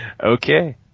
okay